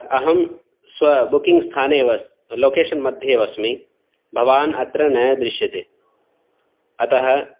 अहं स्व बुकिङ् स्थाने एव अस् लोकेशन् मध्ये एव अस्मि भवान् अत्र न दृश्यते अतः